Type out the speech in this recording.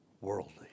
worldly